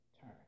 turn